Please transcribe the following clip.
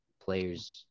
players